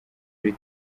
kuri